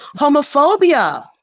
homophobia